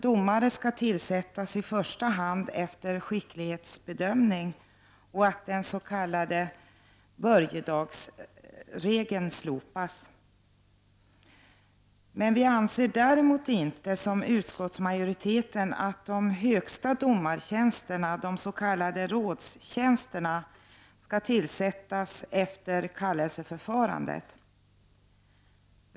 Domare skall alltså i första hand tillsättas efter en skicklighetsbedömning, och den s.k. börjedagsregeln skall slopas. Däremot delar vi inte utskottsmajoritetens åsikt att de högsta domartjänsterna, de s.k. rådstjänsterna, skall tillsättas efter ett kallelseförfarande.